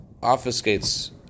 obfuscates